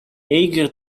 eager